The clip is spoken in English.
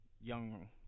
young